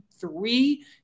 three